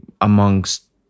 amongst